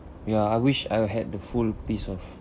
ya I wish I'll had the full piece of